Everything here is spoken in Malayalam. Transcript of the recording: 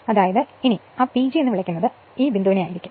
അങ്ങനെ അതായത് ആ PG എന്നു വിളിക്കുന്നത് ഈ ബിന്ദുവിനെ ആയിരിക്കും